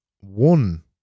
one